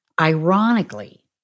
Ironically